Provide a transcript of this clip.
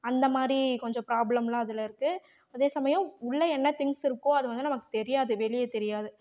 அந்த மாதிரி கொஞ்சம் ப்ராப்ளம்லாம் அதில் இருக்கு அதே சமயம் உள்ளே என்ன திங்ஸ் இருக்கோ அது வந்து நமக்கு தெரியாது வெளியே தெரியாது